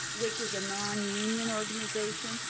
which is a non union organization.